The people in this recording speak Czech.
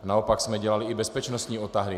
Naopak jsme dělali i bezpečnostní odtahy.